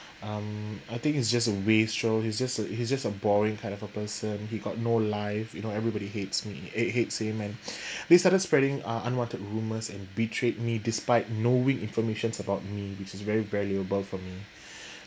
(um)I think it's just a wastrel he's just a he's just a boring kind of a person he got no life you know everybody hates me hates hates him and they started spreading uh unwanted rumours and betrayed me despite knowing information about me which is very valuable for me